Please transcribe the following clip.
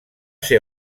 ser